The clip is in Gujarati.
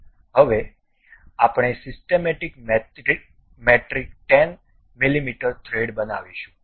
હવે આપણે સિસ્ટમેટિક મેટ્રિક 10 મીમી થ્રેડ બનાવીશું